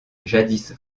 jadis